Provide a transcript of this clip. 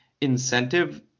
incentive